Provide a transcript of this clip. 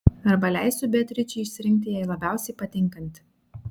arba leisiu beatričei išsirinkti jai labiausiai patinkantį